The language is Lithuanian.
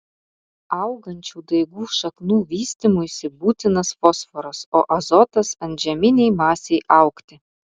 augančių daigų šaknų vystymuisi būtinas fosforas o azotas antžeminei masei augti